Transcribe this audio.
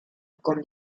con